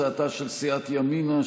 הצעתה של סיעת ימינה,